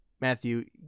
Matthew